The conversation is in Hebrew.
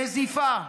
נזיפה.